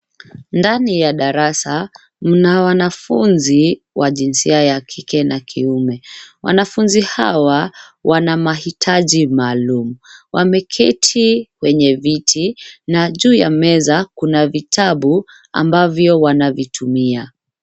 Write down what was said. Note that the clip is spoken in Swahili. Ndani ya darasa mna wanafunzi wa jinsia ya kike na kiume. Wanafunzi hawa wanamahitaji maalum. Wameketi kwenye viti na juu ya meza kuna vitabu ambavyo wanavitumia.